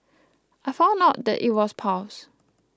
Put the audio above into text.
I found out that it was piles